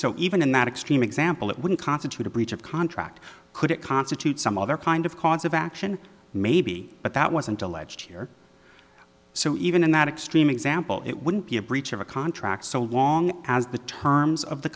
so even in that extreme example it wouldn't constitute a breach of contract could it constitute some other kind of cause of action maybe but that wasn't alleged here so even in that extreme example it wouldn't be a breach of a contract so long as the terms of the